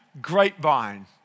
grapevine